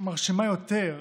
מרשימה יותר,